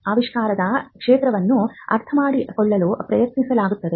ಆವಿಷ್ಕಾರದ ಕ್ಷೇತ್ರವನ್ನು ಅರ್ಥಮಾಡಿಕೊಳ್ಳಲು ಪ್ರಯತ್ನಿಸಲಾಗುತ್ತದೆ